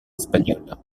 espagnole